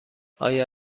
آیا